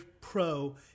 pro